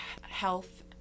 health